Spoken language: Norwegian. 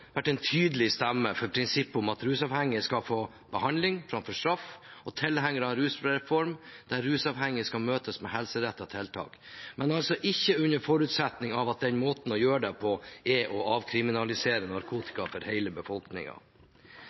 en rusreform der rusavhengige skal møtes med helserettede tiltak, men altså ikke under forutsetning av at måten å gjøre det på, er å avkriminalisere narkotika for hele